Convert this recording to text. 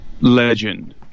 Legend